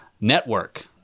Network